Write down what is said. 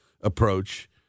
approach